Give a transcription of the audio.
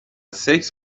سکس